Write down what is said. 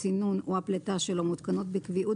הצינון או הפליטה שלו מותקנות בקביעות